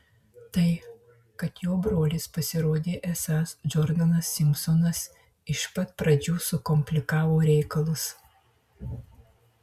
tai kad jo brolis pasirodė esąs džordanas simpsonas iš pat pradžių sukomplikavo reikalus